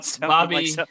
Bobby